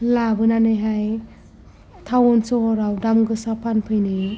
लाबोनानैहाय थावन सहराव दामगोसा फानफैनाय